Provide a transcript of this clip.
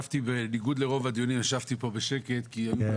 בניגוד לרוב הדיונים ישבתי פה בשקט כי עלו גם